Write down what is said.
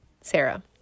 Sarah